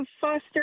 foster